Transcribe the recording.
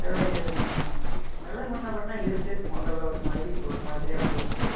விலையும் வில முன்ன பின்னே இருக்குது முதல்ல ஒரு மாதிரி இப்போ ஒரு மாதிரி அப்படி இருக்குது